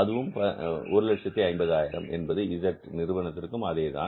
அதுவும் ரூபாய் 150000 என்பது இஸட் Z நிறுவனத்திற்கும் அதே தான்